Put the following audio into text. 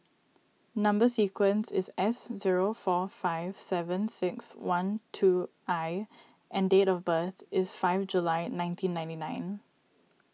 Number Sequence is S zero four five seven six one two I and date of birth is five July nineteen ninety nine